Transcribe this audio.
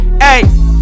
Hey